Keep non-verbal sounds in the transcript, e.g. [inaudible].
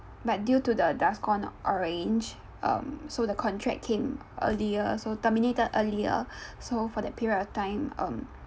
but due to the DORSCON orange um so the contract came earlier so terminated earlier [breath] so for that period of time um